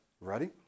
Ready